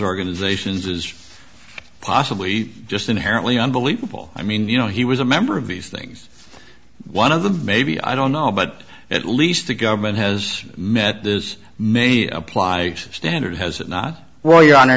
organizations is possibly just inherently unbelievable i mean you know he was a member of these things one of the maybe i don't know but at least the government has met this many apply the standard has it not well your honor